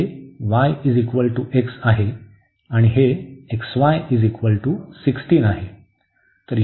हे y x आहे आणि हे xy 16 आहे